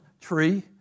tree